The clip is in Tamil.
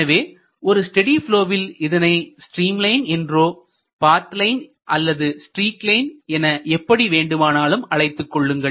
எனவே ஒரு ஸ்டெடி ப்லொவில் இதனை ஸ்ட்ரீம் லைன் என்றோ பாத் லைன் அல்லது ஸ்ட்ரீக் லைன் என எப்படி வேண்டுமானாலும் அழைத்துக் கொள்ளுங்கள்